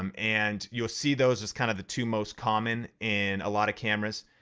um and you'll see those just kind of the two most common in a lot of cameras.